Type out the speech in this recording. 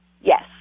Yes